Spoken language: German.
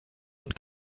und